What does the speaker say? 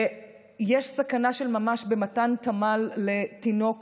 ויש סכנה של ממש במתן תמ"ל לתינוק